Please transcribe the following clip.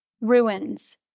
ruins